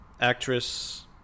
actress